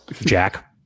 Jack